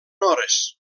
hores